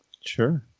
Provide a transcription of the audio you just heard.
Sure